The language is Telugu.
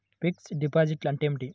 ఫిక్సడ్ డిపాజిట్లు అంటే ఏమిటి?